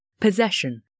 possession